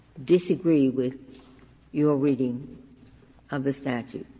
disagree with your reading of the statute,